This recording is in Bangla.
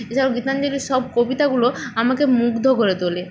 এছাড়াও গীতাঞ্জলির সব কবিতাগুলো আমাকে মুগ্ধ করে তোলে